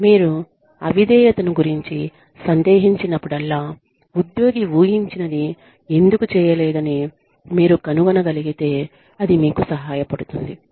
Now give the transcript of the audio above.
మీరు అవిధేయతను గురుంచి సందేహించినప్పుడల్లా ఉద్యోగి ఊహించినది ఎందుకు చేయలేదని మీరు కనుగొనగలిగితే అది మీకు సహాయపడుతుంది